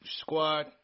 squad